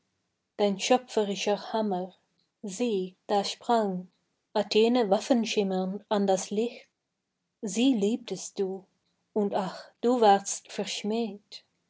dein schöpferischer hammer sieh da sprang athene waffenschimmernd an das licht sie liebtest du und ach du wardst